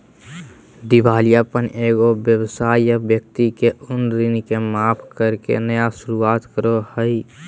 दिवालियापन एगो व्यवसाय या व्यक्ति के उन ऋण के माफ करके नया शुरुआत करो हइ